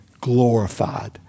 glorified